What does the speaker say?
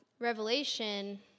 Revelation